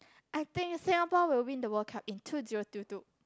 I think Singapore will win the World Cup in two zero two two